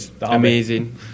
amazing